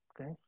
Okay